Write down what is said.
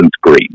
green